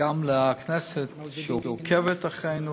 גם לכנסת, שעוקבת אחרינו,